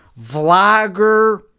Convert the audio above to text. vlogger